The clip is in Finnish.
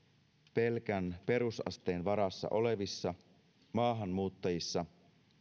pelkän perusasteen varassa olevissa maahanmuuttajissa